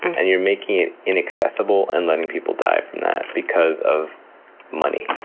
and you're making it inaccessible and letting people die from that because of money.